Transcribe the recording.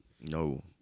No